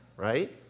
Right